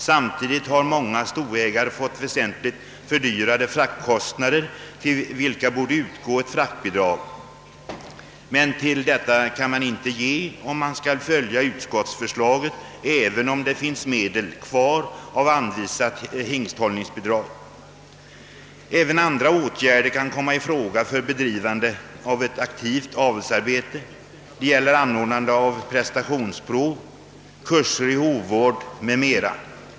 Samtidigt har många stoägare fått väsentligt högre fraktkostnader för vilka det borde utgå bidrag. Medel kan emellertid inte lämnas i detta fall, om man skall följa utskottets förslag, även om det finns medel kvar av hingsthållningsbidraget. Även andra åtgärder kan komma i fråga för bedrivande av ett aktivt avelsarbete: anordnande av prestationsprov, kurser i hovvård m.m.